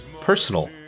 Personal